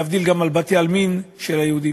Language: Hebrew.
להבדיל, גם על בתי-העלמין של היהודים.